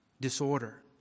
disorder